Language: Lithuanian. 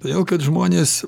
todėl kad žmonės